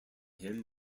him